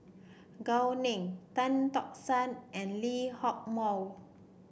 Gao Ning Tan Tock San and Lee Hock Moh